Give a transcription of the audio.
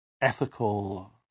ethical